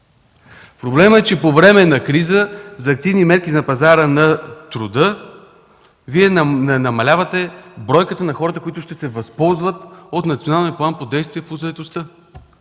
Проблемът е, че по време на криза за активни мерки на пазара на труда Вие не намалявате бройката на хората, които ще се възползват от Националния план по действие по заетостта.